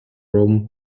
rome